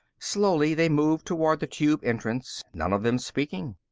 slowly they moved toward the tube entrance, none of them speaking.